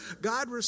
God